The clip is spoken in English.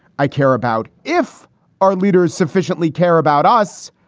i care about if our leaders sufficiently care about us.